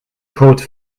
code